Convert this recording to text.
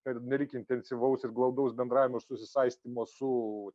pernelyg intensyvaus ir glaudaus bendravimo susisaistymo su